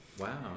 Wow